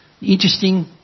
Interesting